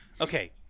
okay